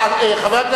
אתה וביבי תמכתם,